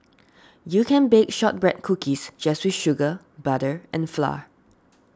you can bake Shortbread Cookies just with sugar butter and flour